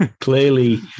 clearly